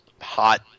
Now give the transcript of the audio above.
hot